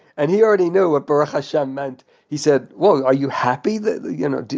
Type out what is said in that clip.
and he already knew what baruch hashemmeant. he said, well are you happy that, you know, do,